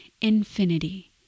infinity